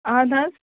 اَہَن حظ